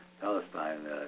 Palestine